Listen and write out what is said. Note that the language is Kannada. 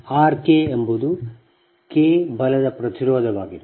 R K ಎಂಬುದು ಶಾಖೆಯ K ಬಲದ ಪ್ರತಿರೋಧವಾಗಿದೆ